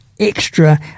Extra